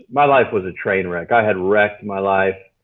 my life was a train wreck. i had wrecked my life.